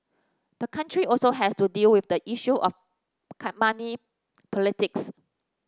the country also has to deal with the issue of can money politics